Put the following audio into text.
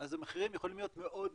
אז המחירים יכולים להיות מאוד נמוכים.